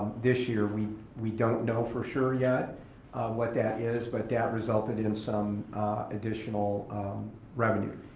this year we we don't know for sure yet what that is, but that resulted in some additional revenue.